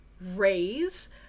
raise